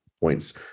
points